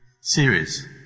series